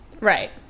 right